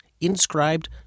inscribed